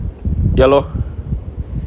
ya lor